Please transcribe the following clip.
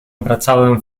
obracałem